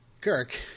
Kirk